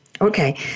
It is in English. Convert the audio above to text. Okay